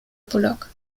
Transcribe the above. bullock